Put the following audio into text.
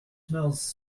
smells